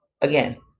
Again